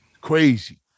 Crazy